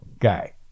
guy